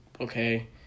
okay